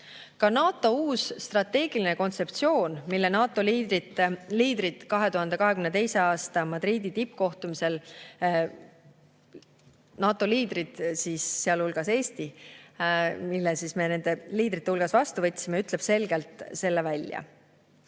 Ka NATO uus strateegiline kontseptsioon, mille NATO liidrid 2022. aasta Madridi tippkohtumisel – NATO liidrid siis, sealhulgas Eesti nende liidrite hulgas – vastu võtsid, ütleb selgelt selle välja.